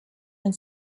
and